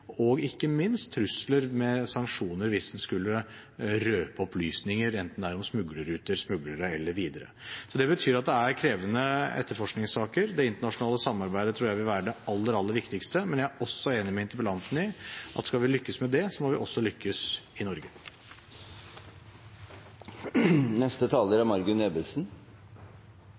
og ikke minst trusler om sanksjoner hvis en skulle røpe opplysninger, enten det er om smuglerruter, smuglere eller annet. Det betyr at det er krevende etterforskningssaker. Det internasjonale samarbeidet tror jeg vil være det aller, aller viktigste, men jeg er også enig med interpellanten i at skal vi lykkes med det, må vi også lykkes i Norge. Det er